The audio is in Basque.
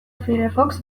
firefox